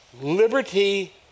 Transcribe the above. liberty